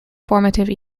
formative